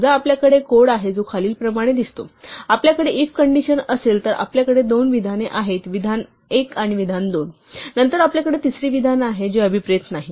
समजा आपल्याकडे कोड आहे जो खालीलप्रमाणे दिसतो आपल्याकडे if कंडिशन असेल तर आपल्याकडे दोन विधाने आहेत विधान 1 आणि विधान 2 आणि नंतर आपल्याकडे तिसरे विधान आहे जे अभिप्रेत नाही